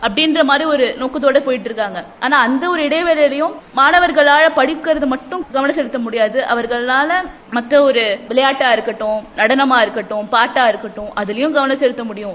அட்டங்ற மாதிரி ஒரு நோக்கத்தோடு போப்ட்டிருக்காங்க ஆனா மாணவர்களால படிக்கிறதுல மட்டும் கவனம் செலுத்த முடியாது அவர்களால மற்றொரு விளையாட்டா இருக்கட்டும் நடனமா இருக்கட்டும் பாட்டா இருக்கட்டும் அதுவயும் கவனம் செலுக்க முடியும்